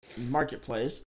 Marketplace